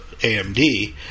AMD